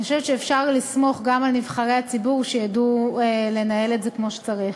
אני חושבת שאפשר לסמוך גם על נבחרי הציבור שידעו לנהל את זה כמו שצריך.